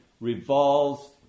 revolves